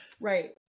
Right